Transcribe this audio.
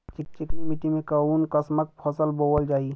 चिकनी मिट्टी में कऊन कसमक फसल बोवल जाई?